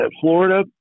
Florida